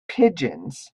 pigeons